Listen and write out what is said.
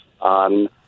on